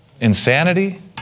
Insanity